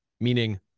meaning